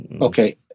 Okay